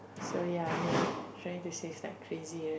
so ya you're trying to say its like crazy